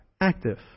active